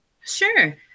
Sure